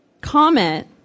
comment